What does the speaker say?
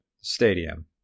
stadium